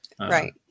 Right